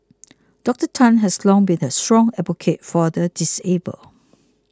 Doctor Tan has long been a strong advocate for the disabled